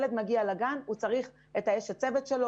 כשילד מגיע לגן הוא צריך את אשת הצוות,